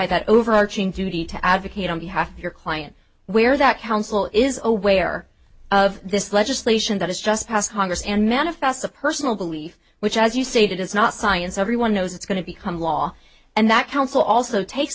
that overarching tutti to advocate on behalf of your client where that counsel is aware of this legislation that has just passed congress and manifest a personal belief which as you stated is not science everyone knows it's going to become law and that counsel also takes